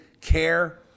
care